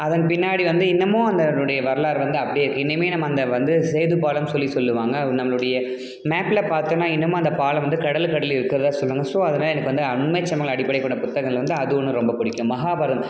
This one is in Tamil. அதன் பின்னாடி வந்து இன்னமும் அதனுடைய வரலாறு வந்து அப்படியே இருக்குது இன்னுமே நம்ம அந்த வந்து சேது பாலம்னு சொல்லி சொல்லுவாங்க நம்மளுடைய மேப்பில் பார்த்தோம்னா இன்னமும் அந்தப் பாலம் வந்து கடலுக்கு அடியில் இருக்கிறதா சொல்லுவாங்க ஸோ அதனால் எனக்கு வந்து உண்மை சம்பவங்களை அடிப்படையாக கொண்ட புத்தகங்கள் அது ஒன்று ரொம்ப பிடிக்கும் மகாபாரதம்